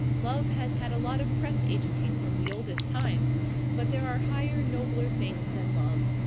love has had a lot of press-agenting from the oldest times but there are higher, nobler things than love.